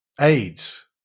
AIDS